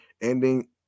ending